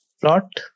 plot